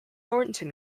thornton